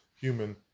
human